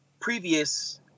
previous